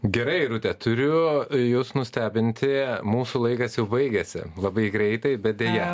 gerai irute turiu jus nustebinti mūsų laikas jau baigėsi labai greitai bet deja